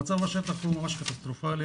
המצב בשטח ממש קטסטרופלי,